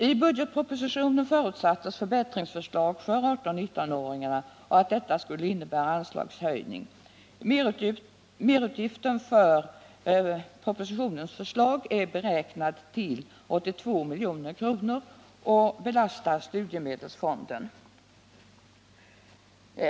I budgetpropositionen förutsattes förslag till förbättringar för 18-19 åringarna som skulle innebära anslagshöjning. Merutgiften är beräknad till 82 milj.kr. i propositionen och detta belopp belastar studiemedelsfonden.